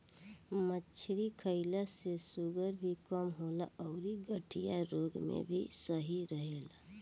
मछरी खईला से शुगर भी कम होला अउरी गठिया रोग में भी सही रहेला